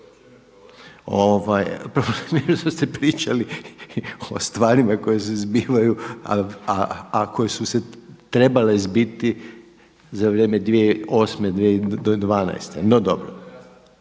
Problem je što ste pričali o stvarima koje se zbivaju, a koje su se trebale zbiti za vrijeme 2008. do 2012. No, dobro.